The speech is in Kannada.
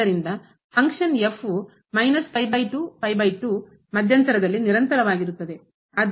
ಆದ್ದರಿಂದ ಪಂಕ್ಷನ್ ಕಾರ್ಯ ವು ಮಧ್ಯಂತರದಲ್ಲಿ ನಿರಂತರವಾಗಿರುತ್ತದೆ